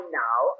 now